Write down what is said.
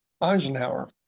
Eisenhower